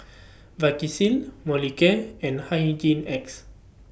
Vagisil Molicare and Hygin X